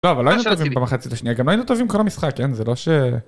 לא, אבל לא היינו טובים במחצית השנייה, גם לא היינו טובים כל המשחק, כן זה לא ש...